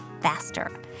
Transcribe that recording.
faster